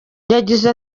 yagize